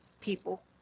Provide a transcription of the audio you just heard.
people